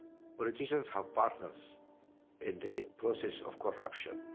politicians have partners in the process of corruption.